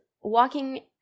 walking